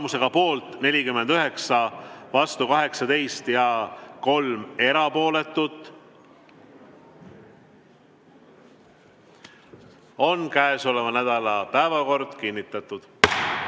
Tulemusega poolt 49, vastu 18 ja 3 erapooletut on käesoleva nädala päevakord kinnitatud.